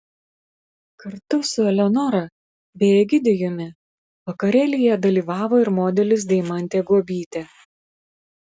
kartu su eleonora bei egidijumi vakarėlyje dalyvavo ir modelis deimantė guobytė